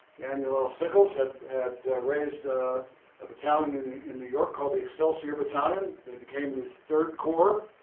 daniel l. sickles have have raised a battalion in new york called the excelsior battalion. they became the third corps.